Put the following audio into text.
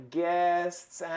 guests